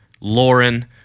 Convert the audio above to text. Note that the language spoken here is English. Lauren